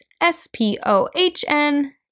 S-P-O-H-N